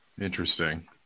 Interesting